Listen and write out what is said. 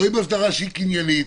לא הסדרה שהיא קניינית.